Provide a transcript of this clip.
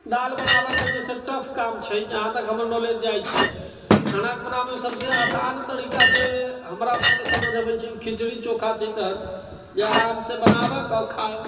दालि बनाबऽके जेछै टफ काम छै जहाँ तक हमर नौलेज जाइ छै खाना बनाबऽमे सभसँ आसान तरीका जे हमरा सभके समझमे आबै छै ओ खिचड़ी चोखा छै तखन जे आरामसँ बनाबऽ आओर खाऊ